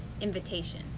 invitation